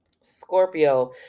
Scorpio